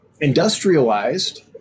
industrialized